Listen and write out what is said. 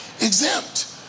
exempt